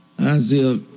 Isaiah